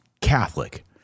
Catholic